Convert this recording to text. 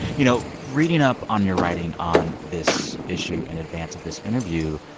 you know, reading up on your writing on this issue in advance of this interview,